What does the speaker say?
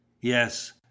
Yes